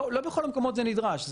לא בכל מקום זה נדרש,